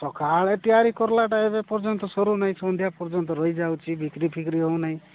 ସକାଳେ ତିଆରି କରିଲାଟା ଏପର୍ଯ୍ୟନ୍ତ ସରୁ ନାହିଁ ସନ୍ଧ୍ୟା ପର୍ଯ୍ୟନ୍ତ ରହି ଯାଉଛି ବିକ୍ରି ଫିକ୍ରି ହେଉ ନାହିଁ